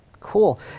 Cool